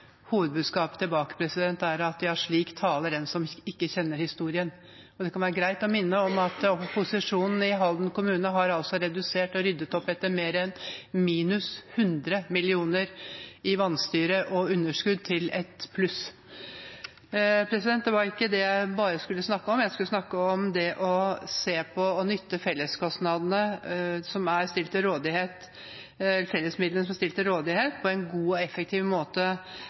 Hovedbudskapet tilbake er at slik taler den som ikke kjenner historien. Det kan være greit å minne om at posisjonen i Halden kommune har redusert og ryddet opp etter et vanstyre og fått et underskudd på mer enn minus 100 mill. kr til å bli pluss. Det var ikke bare det jeg skulle snakke om. Jeg skulle snakke om det å nytte fellesmidlene som er stilt til rådighet, på en god og effektiv måte, slik at de tjenestene vi legger til rette for, både for innbyggere og